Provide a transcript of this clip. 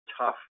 tough